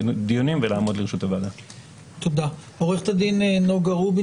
ולהבין שמדובר בעצם בתהליך שכל הניסיון שלו הוא פגיעה,